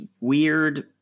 weird